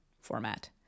format